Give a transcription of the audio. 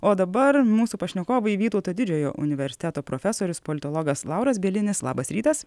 o dabar mūsų pašnekovai vytauto didžiojo universiteto profesorius politologas lauras bielinis labas rytas